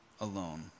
alone